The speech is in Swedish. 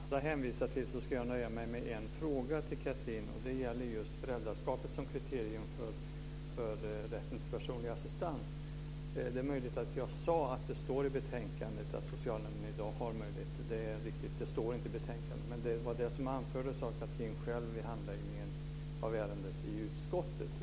Fru talman! Med hänsyn till den tidsbrist som alla andra hänvisar till ska jag nöja mig med en fråga till Catherine Persson, och den gäller just föräldraskapet som kriterium för rätten till personlig assistans. Det är möjligt att jag sade att det står i betänkandet att socialnämnden i dag har denna möjlighet. Det är riktigt att det inte står i betänkandet. Men det var det som anfördes av Catherine Persson själv vid handläggningen av ärendet i utskottet.